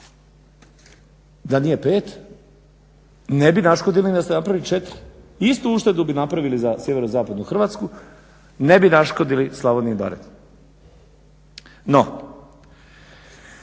Da nije 5 ne bi naškodili ni da ste napravili 4 istu uštedu bi napravili za sjeverozapadnu Hrvatsku ne bi naškodili Slavoniji i Baranji. No,